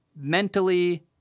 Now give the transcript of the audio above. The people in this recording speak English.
mentally